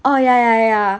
oh ya ya ya